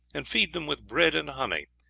and feed them with bread and honey,